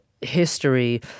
history—